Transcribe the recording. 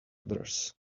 others